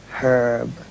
Herb